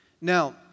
Now